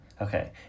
Okay